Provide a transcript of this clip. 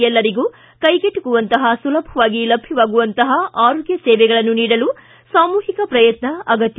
ಎಲ್ಲರಿಗೂ ಕ್ರೆಗೆಟಕುವಂತಪ ಸುಲಭವಾಗಿ ಲಭ್ಯವಾಗುವಂತಪ ಆರೋಗ್ಯ ಸೇವೆಗಳನ್ನು ನೀಡಲು ಸಾಮೂಹಿಕ ಪ್ರಯತ್ನ ಅಗತ್ತ